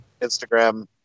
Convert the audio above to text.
instagram